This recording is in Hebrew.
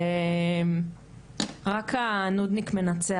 ורק הנודניק מנצח,